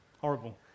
horrible